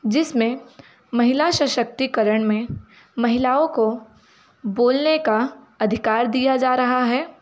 जिस में महिला सशक्तिकरण में महिलाओं को बोलने का अधिकार दिया जा रहा है